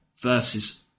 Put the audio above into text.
versus